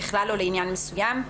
ככלל או לעניין מסוים,